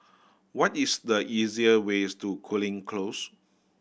what is the easier ways to Cooling Close